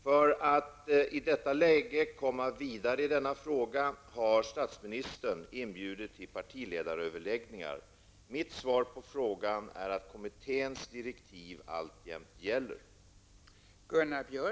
För att i detta läge komma vidare i denna fråga har statsministern inbjudit till partiledaröverläggningar. Mitt svar på frågan är att kommitténs direktiv alltjämt gäller.